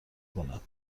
کند